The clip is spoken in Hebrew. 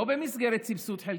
לא במסגרת סבסוד חלקי,